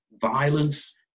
violence